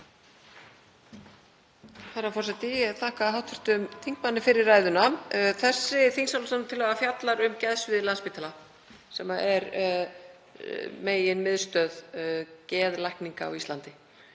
Herra forseti. Ég þakka hv. þingmanni fyrir ræðuna. Þessi þingsályktunartillaga fjallar um geðsvið Landspítala sem er meginmiðstöð geðlækninga á Íslandi.